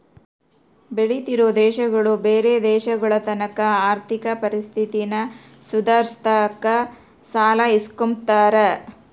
ಬೆಳಿತಿರೋ ದೇಶಗುಳು ಬ್ಯಾರೆ ದೇಶಗುಳತಾಕ ಆರ್ಥಿಕ ಪರಿಸ್ಥಿತಿನ ಸುಧಾರ್ಸಾಕ ಸಾಲ ಇಸ್ಕಂಬ್ತಾರ